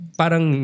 parang